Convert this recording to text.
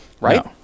right